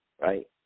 Right